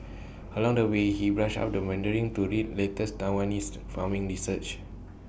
along the way he brushed up the Mandarin to read latest Taiwanese farming research